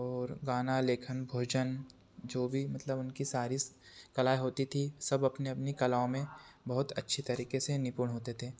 और गाना लेखन भोजन जो भी मतलब उनकी सारी स कलाएँ होती थी सब अपनी अपनी कलाओं में बहुत अच्छी तरीके से निपुण होते थे